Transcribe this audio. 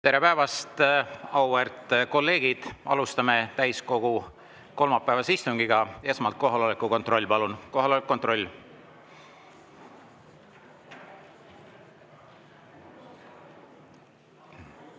Tere päevast, auväärt kolleegid! Alustame täiskogu kolmapäevast istungit. Esmalt kohaloleku kontroll, palun! Kohaloleku kontroll. Kohalolijaks